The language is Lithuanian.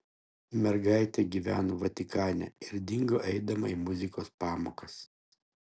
mergaitė gyveno vatikane ir dingo eidama į muzikos pamokas